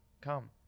come